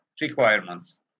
requirements